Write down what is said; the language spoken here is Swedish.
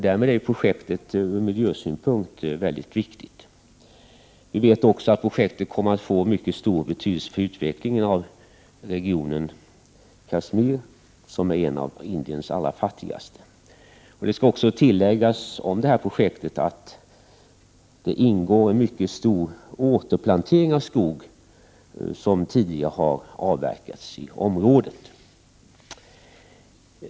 Därmed är projektet från miljösynpunkt mycket viktigt. Vi vet också att projektet kommer att få mycket stor betydelse för utvecklingen av regionen Kashmir, som är en av Indiens allra fattigaste. Det skall också tilläggas om detta projekt att däri ingår en omfattande återplantering av skog som tidigare har avverkats i området.